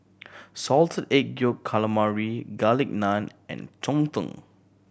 Salted Egg Yolk Calamari Garlic Naan and cheng tng